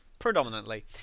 Predominantly